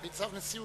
בצו נשיאותי.